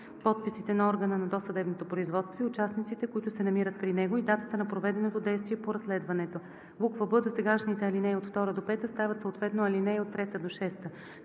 подписите на органа на досъдебното производство и участниците, които се намират при него, и датата на проведеното действие по разследването.“; б) досегашните ал. 2 – 5 стават съответно ал. 3 – 6.